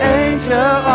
angel